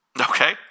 Okay